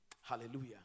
Hallelujah